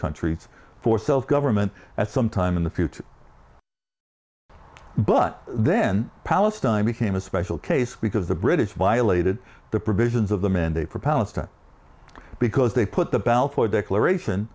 countries for self government at some time in the future but then palestine became a special case because the british violated the provisions of the mandate for palestine because they put the balfour declaration